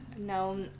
No